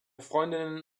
freundinnen